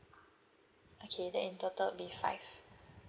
okay then in total will be five